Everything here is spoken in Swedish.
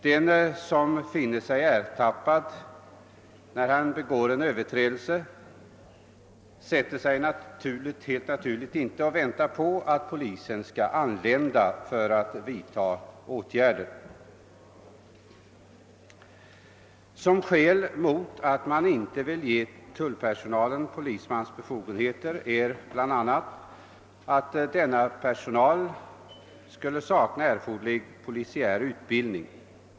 Den som finner sig ertappad när han begår en överträdelse sätter sig helt naturligt inte ned och väntar på att polisen skall anlända för att vidta åtgärder. Som skäl mot att man inte vill ge tullpersonalen polismans befogenheter anförs bl.a. att denna personal skulle sakna erforderlig polisiär utbildning.